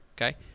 okay